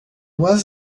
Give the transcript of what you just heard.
was